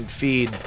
feed